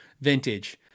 vintage